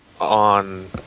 on